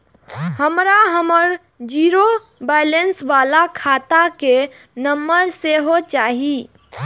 हमरा हमर zero balance बाला खाता के नम्बर सेहो चाही